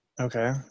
Okay